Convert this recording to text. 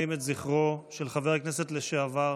זכרו של חבר הכנסת לשעבר